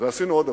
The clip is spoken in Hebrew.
ועשינו עוד דבר,